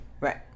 Right